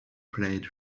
plaid